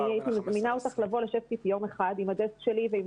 אני מזמינה אותך לבוא לשבת אתי יום אחד עם הדסק שלי ועם